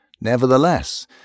Nevertheless